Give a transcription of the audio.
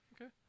Okay